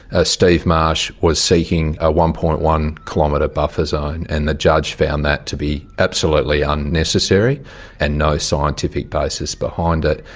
ah steve marsh was seeking a one. one kilometre buffer zone, and the judge found that to be absolutely unnecessary and no scientific basis behind it.